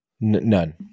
None